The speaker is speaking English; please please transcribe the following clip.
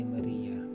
Maria